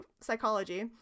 psychology